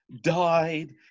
died